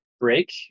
break